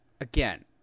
Again